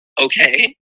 okay